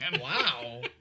Wow